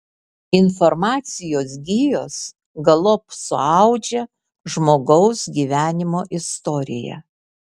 informacijos gijos galop suaudžia žmogaus gyvenimo istoriją